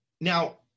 Now